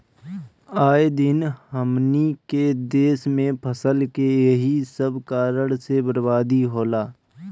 आए दिन हमनी के देस में फसल के एही सब कारण से बरबादी होला